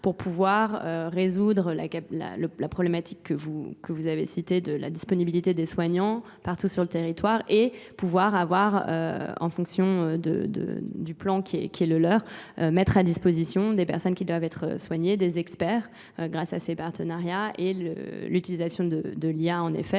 pour pouvoir résoudre la problématique que vous avez citée de la disponibilité des soignants partout sur le territoire et pouvoir avoir en fonction du plan qui est le leur mettre à disposition des personnes qui doivent être soignées, des experts grâce à ces partenariats et l'utilisation de l'IA en effet